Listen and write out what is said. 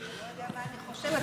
אתה לא יודע מה אני חושבת,